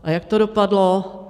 A jak to dopadlo?